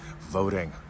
voting